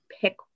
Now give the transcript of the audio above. pick